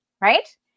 right